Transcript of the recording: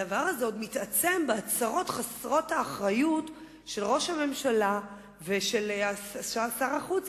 הדבר הזה עוד מתעצם בהצהרות חסרות האחריות של ראש הממשלה ושר החוץ,